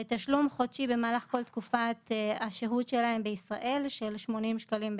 ותשלום חודשי במהלך כל תקופת השהות שלהם בישראל של כ-80 שקלים,